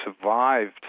survived